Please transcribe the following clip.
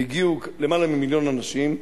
והגיעו למעלה ממיליון אנשים,